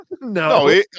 No